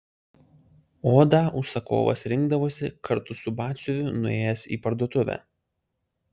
odą užsakovas rinkdavosi kartu su batsiuviu nuėjęs į parduotuvę